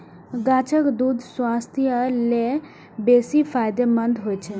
गाछक दूछ स्वास्थ्य लेल बेसी फायदेमंद होइ छै